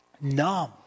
numb